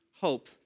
hope